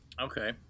Okay